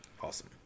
Awesome